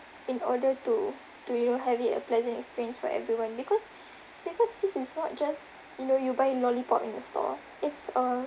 in order to to you know have it a pleasant experience for everyone because because this is not just you know you buy lollipop in a store it's a